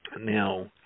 Now